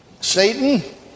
Satan